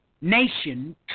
nation